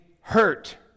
hurt